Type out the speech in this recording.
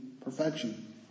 perfection